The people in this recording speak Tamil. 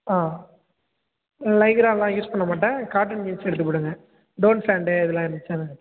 ஆ லைக்ராலாம் யூஸ் பண்ண மாட்டேன் காட்டன் ஜீன்ஸ் எடுத்து கொடுங்க டோன் சாண்டு இதெல்லாம் இருந்துச்சின்னால்